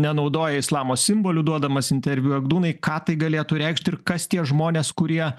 nenaudoja islamo simbolių duodamas interviu egdūnai ką tai galėtų reikšt ir kas tie žmonės kurie